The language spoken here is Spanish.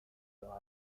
los